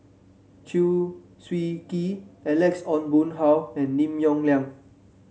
Chew Swee Kee Alex Ong Boon Hau and Lim Yong Liang